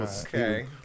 Okay